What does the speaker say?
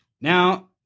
now